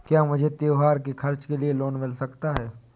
क्या मुझे त्योहार के खर्च के लिए लोन मिल सकता है?